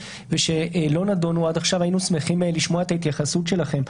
ושלא נדונו עד עכשיו והיינו שמחים לשמוע את ההתייחסות שלכם.